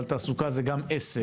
אבל תעסוקה זה גם עסק,